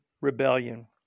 rebellion